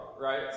right